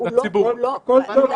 הוא לא הכתובת.